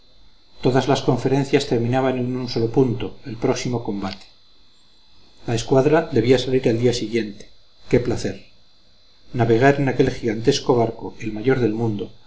todas las conferencias terminaban en un solo punto el próximo combate la escuadra debía salir al día siguiente qué placer navegar en aquel gigantesco barco el mayor del mundo